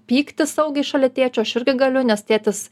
pyktis saugiai šalia tėčio aš irgi galiu nes tėtis